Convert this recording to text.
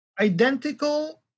identical